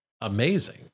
amazing